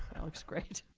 looks great.